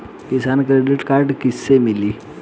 किसान credit card कइसे मिली?